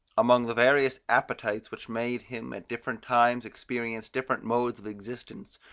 among the various appetites, which made him at different times experience different modes of existence,